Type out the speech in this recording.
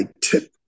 tip